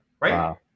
Right